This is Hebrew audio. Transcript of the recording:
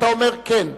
אתה אומר כן,